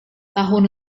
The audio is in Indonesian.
tahun